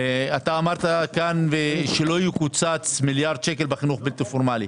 אמרת כאן שלא יקוצץ מיליארד שקל בחינוך בלתי פורמלי.